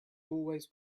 always